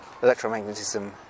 electromagnetism